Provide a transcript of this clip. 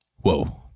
Whoa